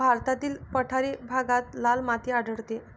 भारतातील पठारी भागात लाल माती आढळते